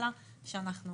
אלא רצינו